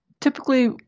typically